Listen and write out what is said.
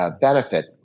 benefit